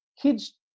kids